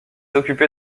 occupé